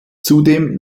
zudem